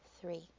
three